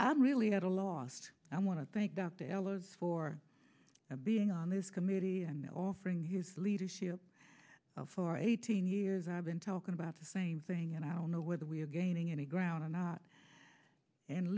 i'm really at a loss i want to thank dr ellis for being on this committee and offering his leadership for eighteen years i've been talking about the same thing and i don't know whether we're gaining any ground or not and